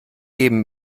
geben